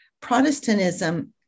Protestantism